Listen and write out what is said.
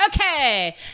Okay